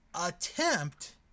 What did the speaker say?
attempt